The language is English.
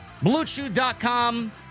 BlueChew.com